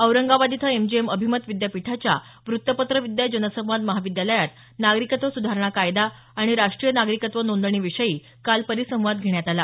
औरंगाबाद इथं एमजीएम अभिमत विद्यापीठाच्या वृत्तपत्र विद्या जनसंवाद महाविद्यालयात नागरिकत्व सुधारणा कायदा आणि राष्ट्रीय नागरिकत्व नोंदणीविषयी काल परिसंवाद घेण्यात आला